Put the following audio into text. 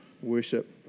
worship